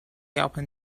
upon